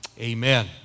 amen